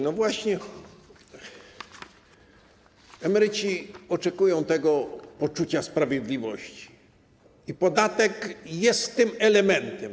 No właśnie emeryci oczekują tego poczucia sprawiedliwości i podatek jest tym elementem.